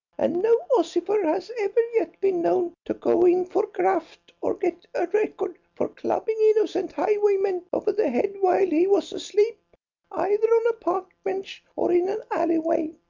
and no ossifer has ever yet been known to go in for graft or get a record for clubbing innocent highwaymen over the head while he was asleep either on a park bench, or in an alleyway.